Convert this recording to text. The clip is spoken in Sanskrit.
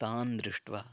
तान् दृष्ट्वा